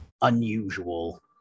unusual